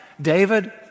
David